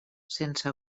sense